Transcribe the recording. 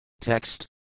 Text